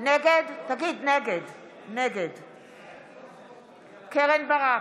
נגד קרן ברק,